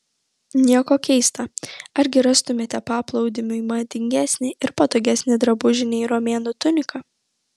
nieko keista argi rastumėte paplūdimiui madingesnį ir patogesnį drabužį nei romėnų tunika